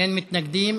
אין מתנגדים.